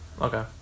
Okay